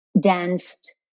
danced